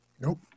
Nope